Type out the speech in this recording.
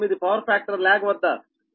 8 power factor lag వద్ద సరఫరా చేసే లైన్